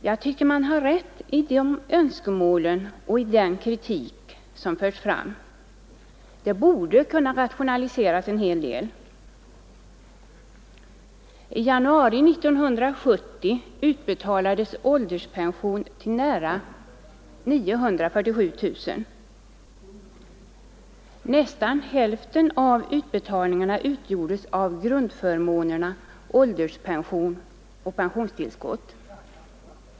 Jag tycker att man har rätt i de önskemål och den kritik som förts fram. Förfarandet borde kunna rationaliseras en hel del. I januari 1970 utbetalades ålderspension till nära 947 000 personer. Nästan hälften av utbetalningarna utgjordes av grundförmånerna ålderspension och pensionstillskott.